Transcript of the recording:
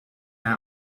out